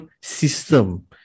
system